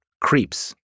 creeps